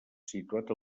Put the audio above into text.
situat